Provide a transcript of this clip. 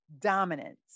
dominance